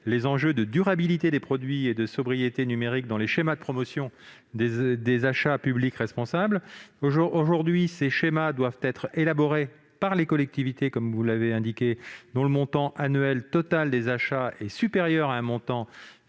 les enjeux de durabilité des produits et de sobriété numérique dans les schémas de promotion des achats publics responsables. Aujourd'hui, ces schémas doivent être élaborés par les collectivités dont le montant annuel total des achats est supérieur à un montant